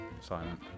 Silent